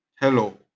hello